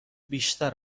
بیشتر